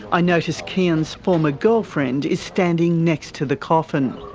i notice kian's former girlfriend is standing next to the coffin.